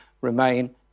Remain